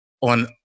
on